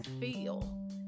feel